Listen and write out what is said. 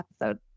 episode